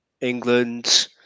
england